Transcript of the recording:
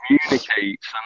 communicates